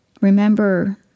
Remember